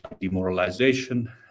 demoralization